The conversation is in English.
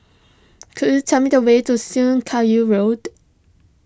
could you tell me the way to Syed Road